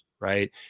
right